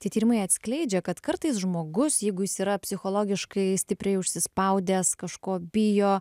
tie tyrimai atskleidžia kad kartais žmogus jeigu jis yra psichologiškai stipriai užsispaudęs kažko bijo